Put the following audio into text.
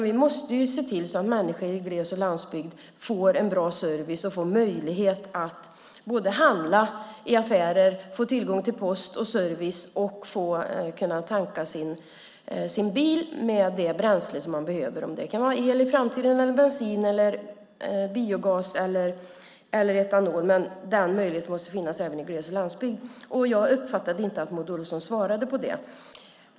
Vi måste se till att människor i gles och landsbygd får en bra service, att de får möjlighet att handla i affärer, har tillgång till post och kan tanka sin bil med det bränsle som de behöver. Det kan i framtiden vara fråga om el, bensin, biogas eller etanol. Den möjligheten måste finnas även i glesbygden och på landsbygden. Jag uppfattade inte att Maud Olofsson svarade på frågan.